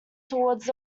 towards